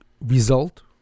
result